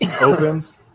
opens